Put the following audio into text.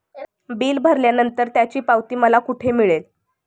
Bill भरल्यानंतर त्याची पावती मला कुठे मिळेल?